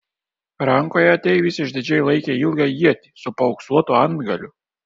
rankoje ateivis išdidžiai laikė ilgą ietį su paauksuotu antgaliu